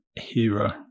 hero